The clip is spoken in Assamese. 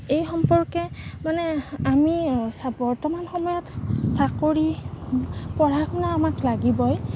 এই সম্পৰ্কে মানে আমি চাব বৰ্তমান সময়ত চাকৰি পঢ়া শুনা আমাক লাগিবই